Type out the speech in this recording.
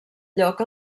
lloc